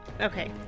Okay